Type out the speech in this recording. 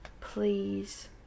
please